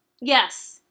yes